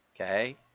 Okay